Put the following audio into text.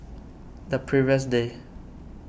the previous day